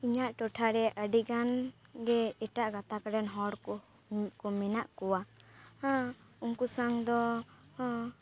ᱤᱧᱟᱜ ᱴᱚᱴᱷᱟ ᱨᱮ ᱟᱹᱰᱤ ᱜᱟᱱ ᱜᱮ ᱮᱴᱟᱜ ᱜᱟᱛᱟᱠ ᱨᱮᱱ ᱦᱚᱲ ᱠᱚ ᱢᱮᱱᱟᱜ ᱠᱚᱣᱟ ᱦᱟᱸ ᱩᱱᱠᱩ ᱥᱟᱶ ᱫᱚ ᱦᱚᱸ